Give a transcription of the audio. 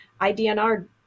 IDNR